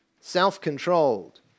self-controlled